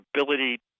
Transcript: ability